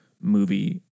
movie